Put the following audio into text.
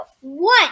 one